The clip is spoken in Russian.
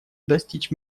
достичь